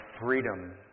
freedom